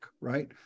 right